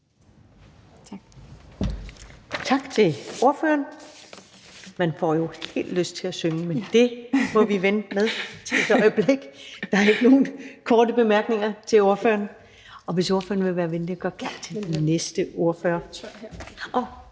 Tak til ordføreren. Man får jo helt lyst til at synge, men det må vi vente med. Der er ikke nogen korte bemærkninger til ordføreren, og hvis ordføreren vil være venlig at gøre klar til den næste ordfører,